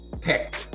pick